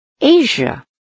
Asia